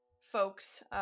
folks